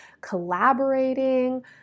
collaborating